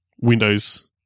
Windows